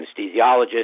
anesthesiologist